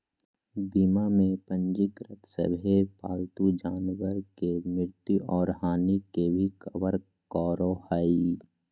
बीमा में पंजीकृत सभे पालतू जानवर के मृत्यु और हानि के भी कवर करो हइ